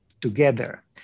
together